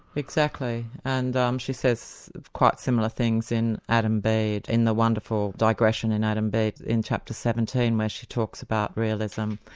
exactly, and um she says quite similar things in adam bede, in the wonderful digression in adam bede in chapter seventeen where she talks about realism.